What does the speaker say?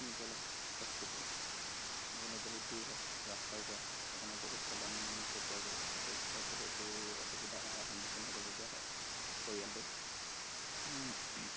নিবলৈ হস্পিতাল নিবলৈ বহুত দূৰ হয় ৰাস্তাও বেয়া সেইকাৰণে বহুত পলম কৰি পোৱাগৈ হয় সেই ক্ষেত্ৰত বহুতো অসুবিধা সন্মুখীন হ'বলগীয়া হয় পৰিয়ালটো